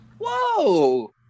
Whoa